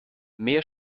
mehr